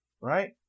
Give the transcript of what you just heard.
right